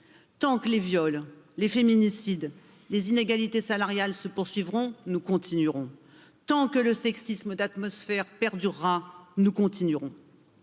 Tant que les viols, les féminicides, les inégalités salariales se poursuivront, nous continuerons, tant que le sexisme d'atmosphère perdurera, nous continuerons